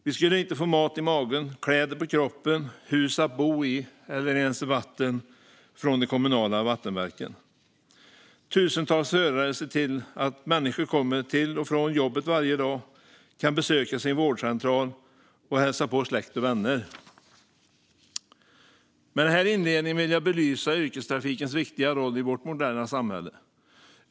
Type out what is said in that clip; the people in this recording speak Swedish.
Vi skulle inte få mat i magen, kläder på kroppen, hus att bo i eller ens vatten från de kommunala vattenverken. Tusentals förare ser till att människor kommer till och från jobbet varje dag, kan besöka sin vårdcentral och kan hälsa på släkt och vänner. Med den här inledningen vill jag belysa yrkestrafikens viktiga roll i vårt moderna samhälle.